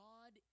God